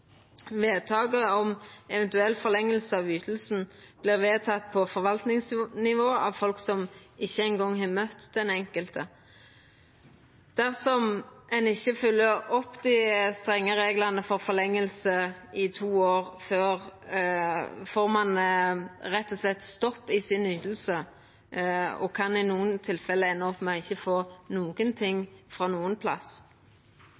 eventuell forlenging av ytinga vert vedteken på forvaltingsnivå av folk som ikkje eingong har møtt den einskilde. Dersom ein ikkje følgjer opp dei strenge reglane for forlenging i to år, får ein rett og slett stopp i ytinga og kan i nokre tilfelle enda opp med ikkje å få noko frå nokon